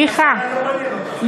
ניחא,